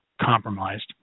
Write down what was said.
compromised